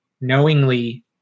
knowingly